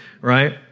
right